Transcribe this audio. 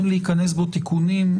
להיכנס למינוס.